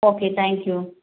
okay thank you